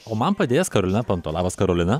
o man padės karolina panto labas karolina